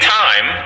time